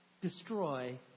destroy